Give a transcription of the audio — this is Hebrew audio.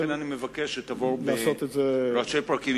לכן אני מבקש שתעבור על הדברים בראשי פרקים.